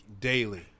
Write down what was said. daily